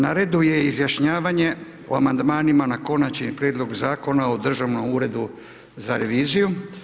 Na redu je izjašnjavanje o amandmanima na Konačni prijedlog Zakona o Državnom uredu za reviziju.